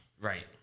Right